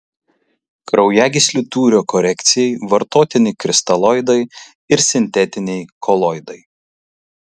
kraujagyslių tūrio korekcijai vartotini kristaloidai ir sintetiniai koloidai